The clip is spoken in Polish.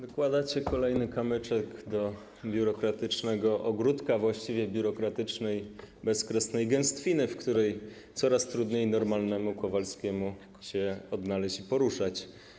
Dokładacie kolejny kamyczek do biurokratycznego ogródka, a właściwie biurokratycznej bezkresnej gęstwiny, w której coraz trudniej normalnemu Kowalskiemu się odnaleźć i poruszać.